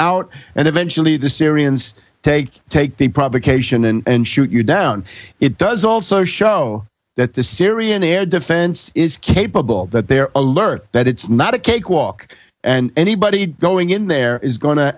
out and eventually the syrians take take the provocation and shoot you down it does also show that the syrian air defense is capable that they are alert that it's not a cakewalk and anybody going in there is going to